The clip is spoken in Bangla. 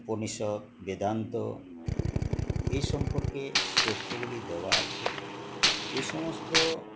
উপনিষদ বেদান্ত এই সম্পর্কে তথ্যগুলি দেওয়া আছে এই সমস্ত